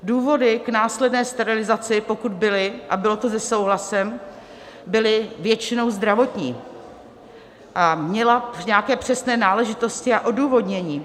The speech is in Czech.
Důvody k následné sterilizaci, pokud byly a byly se souhlasem, byly většinou zdravotní, měla nějaké přesné náležitosti a odůvodnění.